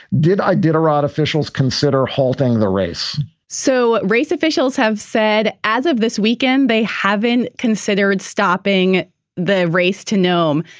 did i did a rod officials consider halting the race so race officials have said as of this weekend, they haven't considered stopping the race to nome.